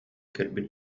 кэлбит